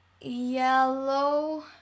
yellow